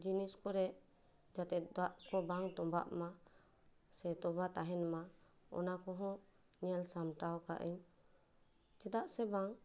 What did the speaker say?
ᱡᱤᱱᱤᱥ ᱠᱚᱨᱮ ᱡᱟᱛᱮ ᱫᱟᱜ ᱠᱚ ᱵᱟᱝ ᱛᱚᱵᱷᱟᱜ ᱢᱟ ᱥᱮ ᱛᱚᱵᱷᱟᱣ ᱛᱟᱦᱮᱱ ᱢᱟ ᱚᱱᱟ ᱠᱚᱦᱚᱸ ᱧᱮᱞ ᱥᱟᱢᱴᱟᱣ ᱠᱟᱜ ᱟᱹᱧ ᱪᱮᱫᱟᱜ ᱥᱮ ᱵᱟᱝ